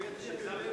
שיזם,